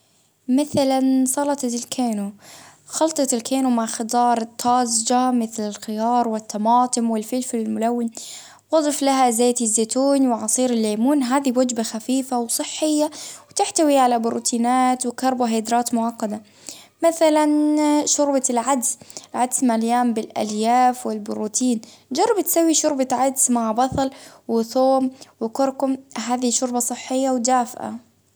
مثلا سلطة الكانو، خلطة الكانو مع خضار طازجة متل الخيار والطماطم والفلفل الملون، وأضف لها زيت الزيتون وعصير الليمون، هذه وجبة خفيفة وصحية، وتحتوي على بروتينات وكربوهيدرات معقدة، مثلا شوربة العدس، عدس مليان بالألياف والبروتين ،جرب تسوي شوربة عدس مع بصل وثوم وكركم هذه شوربة صحية ودافئة.